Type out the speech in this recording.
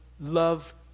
love